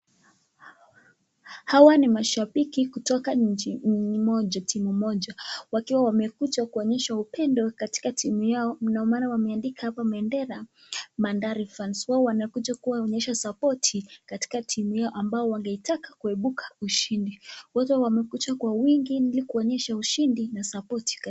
Hawa ni mashabiki kutoka nchi moja, timu moja wakiwa wamekuja kuonyesja upendo katika timu yao ndo maana wameandika hapo bandari (cs)Fans(cs)'. Wamekuja kuonyesha(cs) sapoti (cs)katika timu yao ambayo wangeitaka kuepuka washindi. Wote wamekuja kwa wingi ili kuonyesha ushindi na (cs)sapoti(cs)